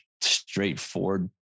straightforward